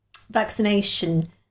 vaccination